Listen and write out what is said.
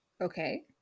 Okay